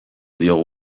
diogu